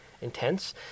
intense